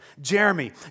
Jeremy